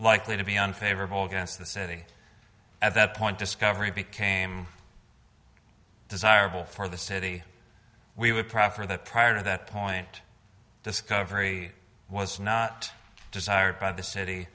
likely to be unfavorable against the city at that point discovery became desirable for the city we would prefer that prior to that point discovery was not desired by the city